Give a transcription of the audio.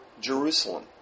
Jerusalem